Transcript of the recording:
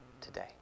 today